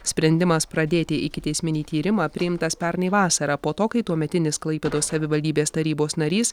sprendimas pradėti ikiteisminį tyrimą priimtas pernai vasarą po to kai tuometinis klaipėdos savivaldybės tarybos narys